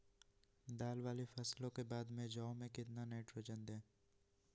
दाल वाली फसलों के बाद में जौ में कितनी नाइट्रोजन दें?